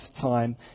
time